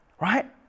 right